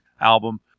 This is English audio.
album